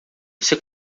você